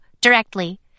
directly